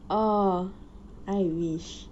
oh I wish